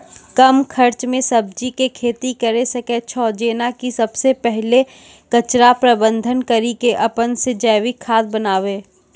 कम खर्च मे सब्जी के खेती करै सकै छौ जेना कि सबसे पहिले कचरा प्रबंधन कड़ी के अपन से जैविक खाद बनाबे?